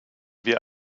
wir